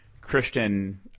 Christian